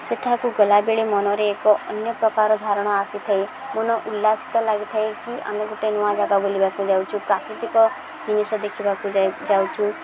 ସେଠାକୁ ଗଲାବେଳେ ମନରେ ଏକ ଅନ୍ୟପ୍ରକାର ଧାରଣା ଆସିଥାଏ ମନ ଉଲ୍ଲାସିତ ଲାଗିଥାଏ କି ଆମେ ଗୋଟେ ନୂଆ ଜାଗା ବୁଲିବାକୁ ଯାଉଛୁ ପ୍ରାକୃତିକ ଜିନିଷ ଦେଖିବାକୁ ଯ ଯାଉଛୁ